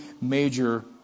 major